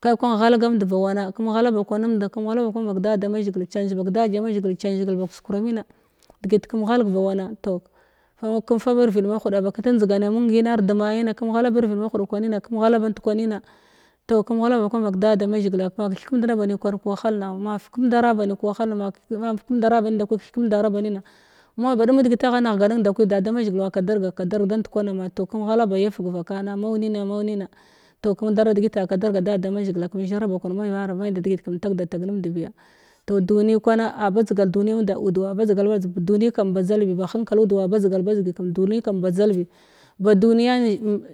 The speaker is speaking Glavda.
kai kwan ghalga mnd ba wana kəmghala ba kwan vak da da mazhigil chan zhigil ba da mazhigil chanzhigil ba sukranima degit kəmghalg ba wana toh ba kata njdigana mumgina ar demayima kəm kemaghala birvid mahuda kwarima kəmgha band kwanima toh kəm ghala ba kwan vak da da mazhigila ma keth kəmndana banun kwan kəwahal na ma fukəmndara banin kwan kahalana ma keth kəmndara banima ma ba dum degit agha neghgha nenn ndakwi da da mazhigil wa kadanga kadarg kadarg da kwana ma toh kamghala ba yafa’g vakan mai nina mau nina toh ku ndar degot a kadarga da da mazhigil kəm zhara ba kwan me tha degit kəm tagda tag numnd biya toh duni kwana a badzhal duniya a muda udwa badzagal badzeg duni kam badzal biba henkalud wa badzgal badzgi kam duni kam badzal bi ba duniyan